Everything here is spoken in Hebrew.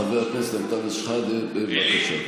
חבר הכנסת אנטאנס שחאדה, בבקשה.